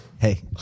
Hey